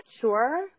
sure